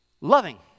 loving